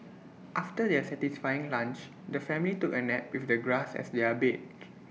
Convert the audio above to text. after their satisfying lunch the family took A nap with the grass as their bed